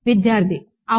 విద్యార్థి అవును